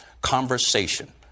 conversation